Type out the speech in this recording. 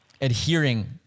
adhering